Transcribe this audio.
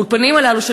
האולפנים הללו,